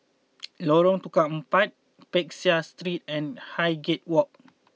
Lorong Tukang Empat Peck Seah Street and Highgate Walk